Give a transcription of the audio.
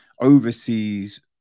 overseas